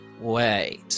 wait